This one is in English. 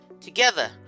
Together